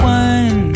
one